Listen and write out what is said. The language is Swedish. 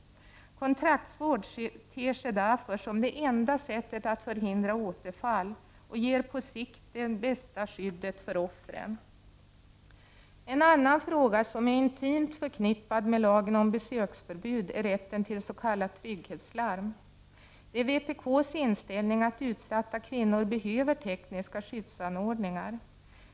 Kontraktsvård ter sig därför som det ända sättet att förhindra återfall och ger på sikt det bästa skyddet för offren. En anna fråga som är intimt förknippad med lagen om besöksförbud är rätten till s.k. trygghetslarm. Det är vpk:s inställning att utsatta kvinnor behöver tekniska skyddsanordningar.